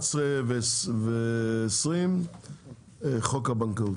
11:20 נתכנס לחוק הבנקאות.